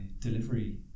delivery